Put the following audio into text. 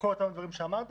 אותם דברים שאמרת,